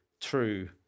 true